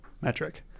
metric